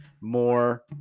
more